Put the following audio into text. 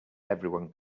everyone